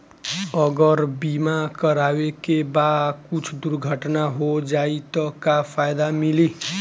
अगर बीमा करावे के बाद कुछ दुर्घटना हो जाई त का फायदा मिली?